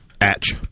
Atch